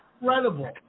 Incredible